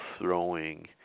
throwing